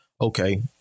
Okay